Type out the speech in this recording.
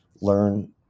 learn